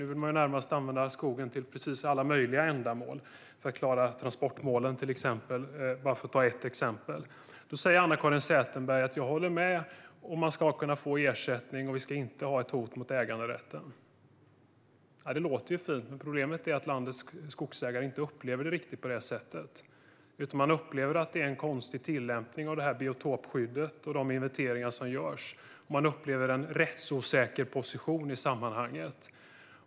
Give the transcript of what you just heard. Nu vill man närmast använda skogen till precis alla möjliga ändamål, till exempel transportmålen. Nu säger Anna-Caren Sätherberg att hon håller med om att det ska vara möjligt att få ersättning och att äganderätten inte ska hotas. Det låter fint, men problemet är att landets skogsägare inte upplever det riktigt på det sättet. Man upplever att det är en konstig tillämpning och inventering av biotopskyddet, och man upplever en rättsosäker position i sammanhanget.